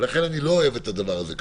ולכן אני לא אוהב את הדבר הזה ככה.